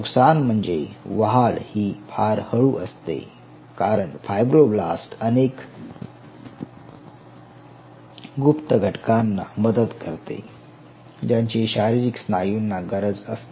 नुकसान म्हणजे वाढ ही फार हळू असते कारण फायब्रोब्लास्ट अनेक गुप्त घटकांना मदत करते ज्यांची शारीरिक स्नायूंना गरज असते